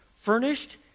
furnished